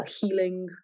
healing